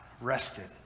rested